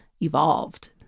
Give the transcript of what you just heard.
evolved